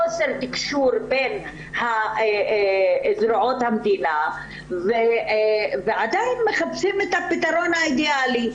של חוסר תקשור בין זרועות המדינה ועדיין מחפשים את הפתרון האידיאלי.